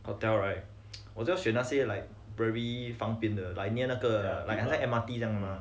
hotel right 我要选那些 like very 方便的 like near 那个好像 M_R_T 这样的吗